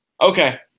Okay